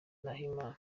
nahimana